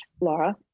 Laura